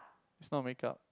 is not makeup